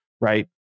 right